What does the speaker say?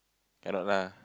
cannot lah